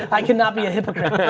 i cannot be a hypocrite.